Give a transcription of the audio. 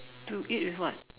to eat with what